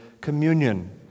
communion